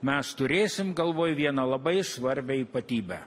mes turėsim galvoj vieną labai svarbią ypatybę